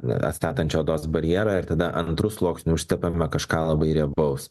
atstatančio odos barjerą ir tada antru sluoksniu užtepame kažką labai riebaus